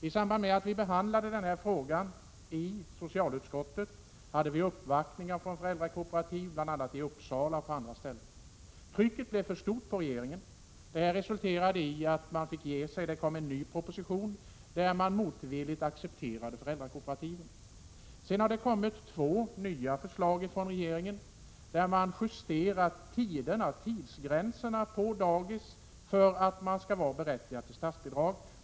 I samband med att socialutskottet behandlade den frågan gjordes uppvaktningar från föräldrakooperativ i Uppsala och på andra ställen. Trycket på regeringen blev för stort, och det resulterade i att regeringen fick ge sig. Det kom en ny proposition, där man motvilligt accepterade föräldrakooperativ. Sedan har det kommit två nya förslag från regeringen där man justerat 7 tidsgränserna på dagis för att dessa skall vara berättigade till statsbidrag.